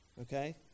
okay